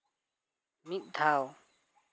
ᱢᱤᱫ ᱫᱷᱟᱣ